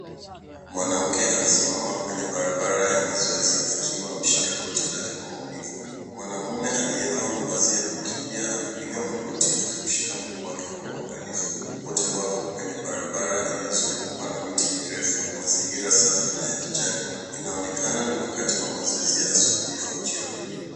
Mwanamke anasimama kwenye barabara ya mazoezi akiwa ameshika goti lake kwa maumivu. Mwanaume aliyevaa mavazi ya kukimbia amepiga magoti akimshika mguu wake kwa uangalifu. Wote wako kwenye barabara iliyozungukwa na miti mirefu, mazingira safi na ya kijani .Inaonekana ni wakati wa mazoezi ya asubuhi au jioni.